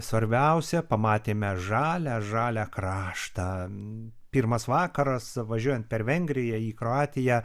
svarbiausia pamatėme žalią žalią kraštą pirmas vakaras važiuojant per vengriją į kroatiją